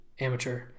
amateur